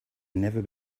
never